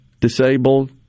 disabled